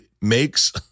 makes